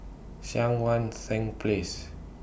Cheang Wan Seng Place